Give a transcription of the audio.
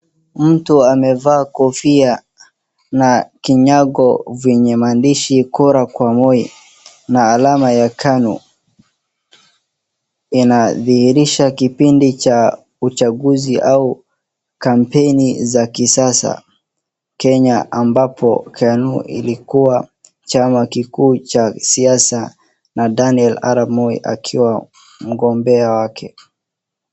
Mtu amevaa kofia na kinyago vyenye maandishi kura kwa Moi, na alama ya KANU. Inadhihirisha kipindi cha uchaguzi au kampeni za kisasa Kenya, ambapo KANU ilikuwa chama kikuu cha siasa na Daniel Arap Moi akiwa mgombea wake.